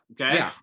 okay